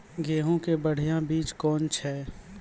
गेहूँ के बढ़िया बीज कौन छ?